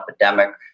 epidemic